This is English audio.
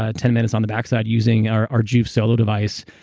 ah ten minutes on the backside using our our joovv cellular device.